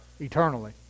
Eternally